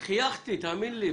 חייכתי, תאמין לי .